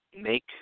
make